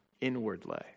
inwardly